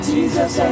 Jesus